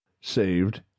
saved